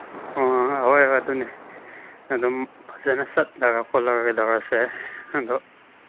ꯑ ꯍꯣꯏ ꯍꯣꯏ ꯑꯗꯨꯅꯤ ꯑꯗꯨꯝ ꯐꯖꯅ ꯆꯠꯂꯒ ꯈꯣꯠꯂꯒ ꯀꯩꯗꯧꯔꯁꯦ ꯑꯗꯣ